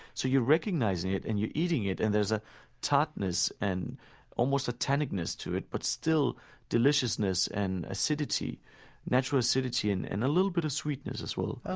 so you're recognizing it, and you're eating it. and there's ah tartness and almost a tannicness to it, but still deliciousness and with natural acidity and and a little bit of sweetness as well